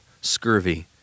scurvy